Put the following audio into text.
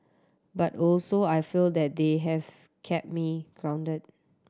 but also I feel that they have kept me grounded